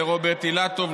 לרוברט אילטוב,